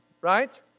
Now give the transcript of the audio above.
right